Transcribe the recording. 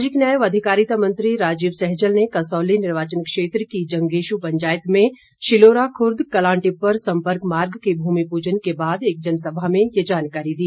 सामाजिक न्याय व अधिकारिता मंत्री राजीव सैजल ने कसौली निर्वाचन क्षेत्र की जंगेशू पंचायत में शिलोराखुर्द कलांटिप्परा संपर्क मार्ग के भूमि पूजन के बाद एक जनसभा में यह जानकारी दी